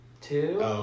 two